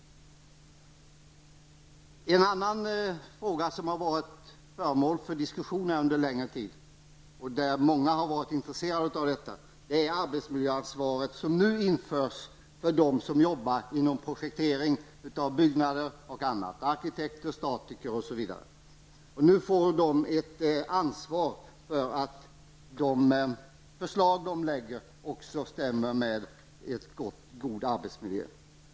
En annan fråga som under en längre tid har varit föremål för diskussion och där det funnits stort intresse gäller det arbetsmiljöansvar som nu införs för dem som arbetar med bl.a. projektering av byggnader. Det gäller arkitekter, statistiker m.fl. Nu får de ett ansvar för att de förslag som läggs fram överensstämmer med god arbetsmiljö.